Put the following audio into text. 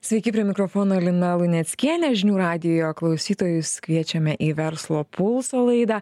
sveiki prie mikrofono lina luneckienė žinių radijo klausytojus kviečiame į verslo pulso laidą